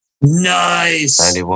Nice